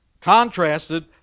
Contrasted